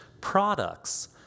products